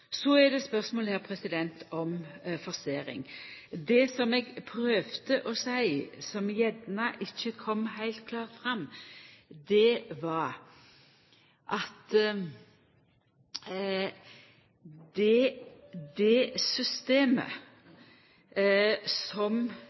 Så er det spørsmål om forsering. Det som eg prøvde å seia, men som gjerne ikkje kom heilt klart fram, var at det systemet som